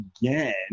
again